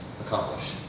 accomplish